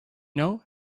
know